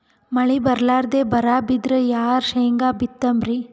ಮಳಿ ಬರ್ಲಾದೆ ಬರಾ ಬಿದ್ರ ಯಾ ಶೇಂಗಾ ಬಿತ್ತಮ್ರೀ?